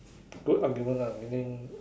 good argument lah meaning